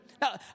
Now